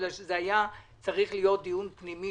בגלל שזה היה צריך להיות דיון פנימי